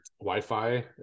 wi-fi